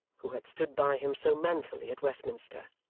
who had stood by him so manfully at westminster.